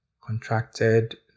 contracted